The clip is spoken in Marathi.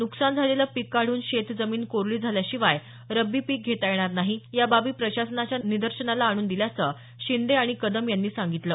नुकसान झालेलं पीक काढून शेतजमीन कोरडी झाल्याशिवाय रब्बी पीक घेता येणार नाही या बाबी प्रशासनाच्या निदर्शनाला आणून दिल्याचं शिंदे आणि कदम यांनी सांगितलं